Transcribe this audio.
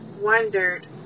wondered